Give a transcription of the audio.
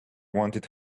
wanted